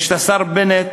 ויש השר בנט,